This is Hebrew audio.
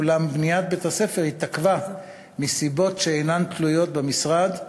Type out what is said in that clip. אולם בניית בית-הספר התעכבה מסיבות שאינן תלויות במשרד,